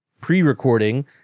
pre-recording